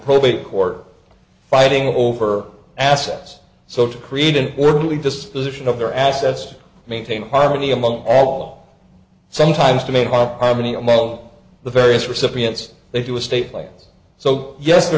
probate court fighting over assets so to create an orderly disposition of their assets to maintain harmony among all sometimes to make up are many among the various recipients they do a state like so yes there